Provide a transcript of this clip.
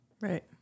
Right